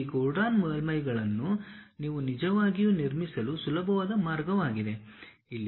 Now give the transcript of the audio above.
ಈ ಗೋರ್ಡಾನ್ ಮೇಲ್ಮೈಗಳನ್ನು ನೀವು ನಿಜವಾಗಿಯೂ ನಿರ್ಮಿಸಲು ಸುಲಭವಾದ ಮಾರ್ಗವಾಗಿದೆ